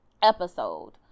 episode